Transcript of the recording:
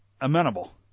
amenable